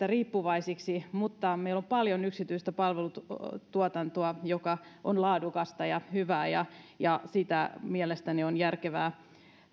riippuvaisiksi mutta meillä on paljon yksityistä palvelutuotantoa joka on laadukasta ja hyvää ja ja sitä mielestäni on järkevää